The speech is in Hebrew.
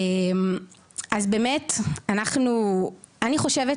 אז באמת מה שאני חושבת